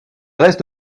reste